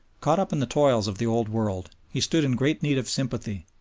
caught up in the toils of the old world, he stood in great need of sympathy,